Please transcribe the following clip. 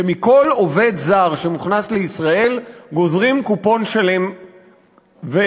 שמכל עובד זר שמוכנס לישראל גוזרים קופון שלם ושמן.